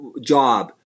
Job